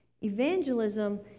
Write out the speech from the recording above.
Evangelism